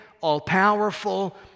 all-powerful